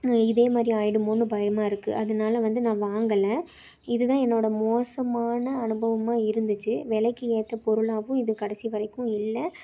இதே மாரி ஆயிடுமோனு பயமாக இருக்குது அதனால வந்து நான் வாங்கலை இதுதான் என்னோட மோசமான அனுபவமாக இருந்துச்சு விலைக்கு ஏற்ற பொருளாகவும் இது கடைசி வரைக்கும் இல்லை